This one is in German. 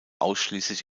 ausschließlich